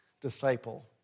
disciple